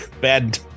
bad